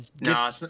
No